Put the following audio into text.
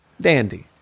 Dandy